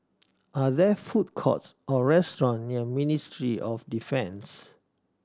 are there food courts or restaurant near Ministry of Defence